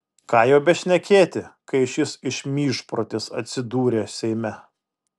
ką jau bešnekėti kai šis išmyžprotis atsidūrė seime